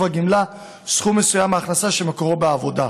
הגמלה סכום מסוים מההכנסה שמקורה בעבודה.